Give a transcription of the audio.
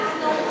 אנחנו,